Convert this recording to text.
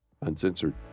Uncensored